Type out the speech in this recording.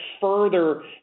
further